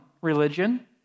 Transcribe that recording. religion